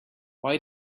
why